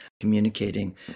communicating